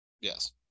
Yes